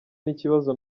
n’ikibazo